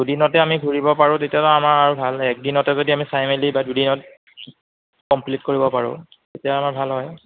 দুদিনতে আমি ঘূৰিব পাৰোঁ তেতিয়াতো আমাৰ আৰু ভাল হে এক দিনতে যদি আমি চাই মেলি বা দুদিনত কমপ্লিট কৰিব পাৰোঁ তেতিয়া আমাৰ ভাল হয়